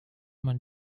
man